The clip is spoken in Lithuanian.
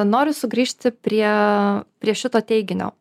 noriu sugrįžti prie prie šito teiginio